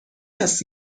است